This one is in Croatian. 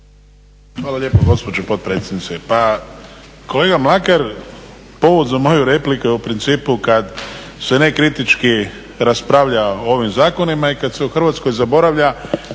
Hvala lijepo gospođo potpredsjednice. Pa, kolega Mlakar povod za moju repliku je u principu kad se nekritički raspravlja o ovim zakonima i kad se u hrvatskoj zaboravlja